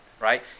right